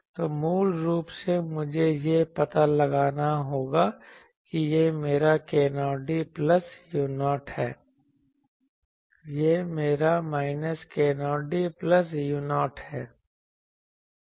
तो मूल रूप से मुझे यह पता लगाना होगा कि यह मेरा k0d प्लस u0 है यह मेरा माइनस k0d प्लस u0 है